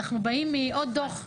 אנחנו באים מעוד דוח,